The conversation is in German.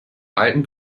alten